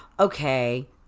Okay